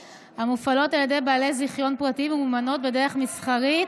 המופעלות על ידי בעלי זיכיון פרטי וממומנות בדרך מסחרית.